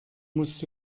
musst